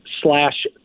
slash